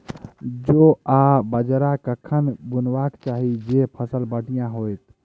जौ आ बाजरा कखन बुनबाक चाहि जँ फसल बढ़िया होइत?